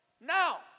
Now